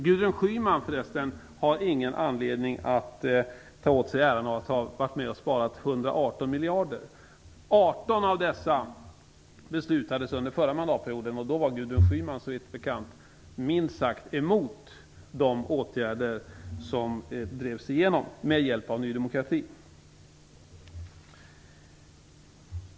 Gudrun Schyman har förresten ingen anledning att ta åt sig äran av att ha varit med och sparat 118 miljarder. 18 av dessa 118 miljarder beslutades under den förra mandatperioden. Då var Gudrun Schyman, såvitt bekant, minst sagt emot de åtgärder som drevs igenom med hjälp av Ny demokrati.